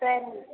சரிங்க